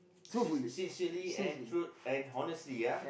sincerely and truth and honestly